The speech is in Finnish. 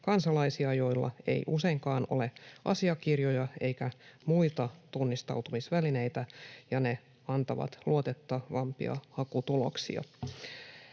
kansalaisia, joilla ei useinkaan ole asiakirjoja eikä muita tunnistautumisvälineitä, ja ne antavat luotettavampia hakutuloksia.